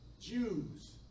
Jews